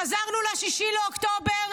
חזרנו ל-6 באוקטובר?